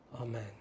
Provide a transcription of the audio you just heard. Amen